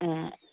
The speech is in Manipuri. ꯑꯥ